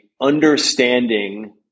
understanding